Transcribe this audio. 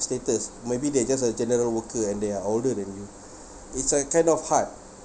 status maybe they're just a general worker and they are older than you it's like kind of hard